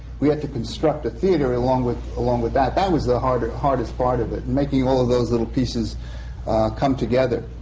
we had to construct a theatre along with along with that. that was the hardest hardest part of it, making all of those little pieces come together.